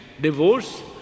divorce